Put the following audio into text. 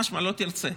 משמע, לא תרצה.